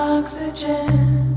Oxygen